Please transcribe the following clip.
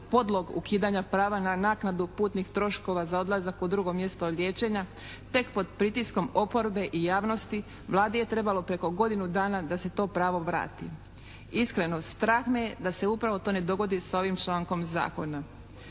podlog ukidanja prava na naknadu putnih troškova za odlazak u drugo mjesto liječenja tek pod pritiskom oporbe i javnosti Vladi je trebalo preko godinu dana da se to pravo vrati. Iskreno, strah me je da se upravo to ne dogodi s ovim člankom Zakona.